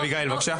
אביגיל, בבקשה.